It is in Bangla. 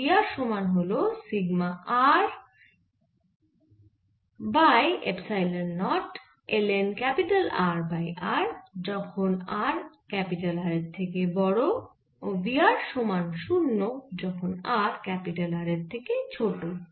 এই v r সমান হল sigma R by epsilon naught ln R by r যখন r R এর থেকে বড় ও v r সমান 0 যখন r R এর থেকে ছোট